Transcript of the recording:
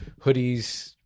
hoodies